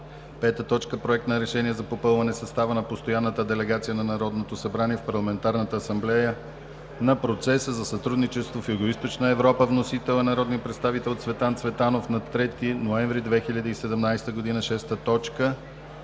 2017 г.). 5.Проект на решение за попълване състава на постоянната делегация на Народното събрание в Парламентарната асамблея на Процеса за сътрудничество в Югоизточна Европа. (Вносител е народният представител Цветан Цветанов на 3 ноември 2017 г.) 6.Второ